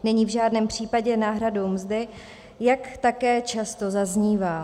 Není v žádném případě náhradou mzdy, jak také často zaznívá.